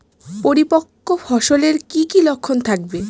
পরিপক্ক ফসলের কি কি লক্ষণ থাকবে?